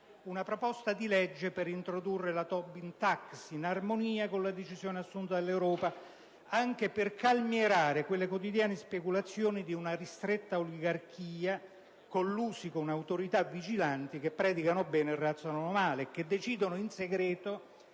una proposta di legge per introdurre la Tobin *tax*, in armonia con le decisioni assunte dall'Europa, anche per calmierare quelle quotidiane speculazioni di una ristretta oligarchia di banchieri collusi con autorità vigilanti che predicano bene e razzolano male, e che decidono in segreto